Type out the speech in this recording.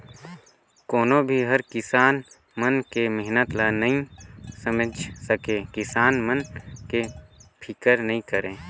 कोनो भी हर किसान मन के मेहनत ल नइ समेझ सके, किसान मन के फिकर नइ करे